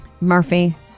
Murphy